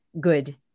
Good